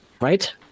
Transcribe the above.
right